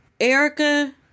Erica